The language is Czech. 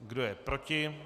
Kdo je proti?